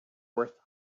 worth